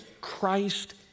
Christ